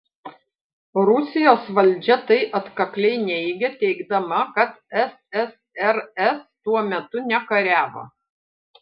rusijos valdžia tai atkakliai neigia teigdama kad ssrs tuo metu nekariavo